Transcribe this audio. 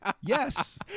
Yes